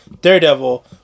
Daredevil